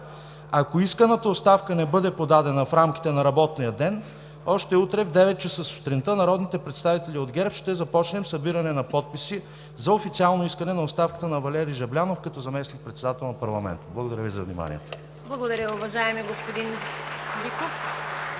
Ако исканата оставка не бъде подадена в рамките на работния ден, още утре в 9,00 ч. сутринта народните представители от ГЕРБ ще започнем събиране на подписи за официално искане на оставката на Валери Жаблянов като заместник-председател на парламента. Благодаря Ви за вниманието. (Ръкопляскания от